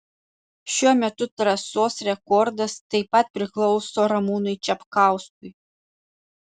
šiuo metu trasos rekordas taip pat priklauso ramūnui čapkauskui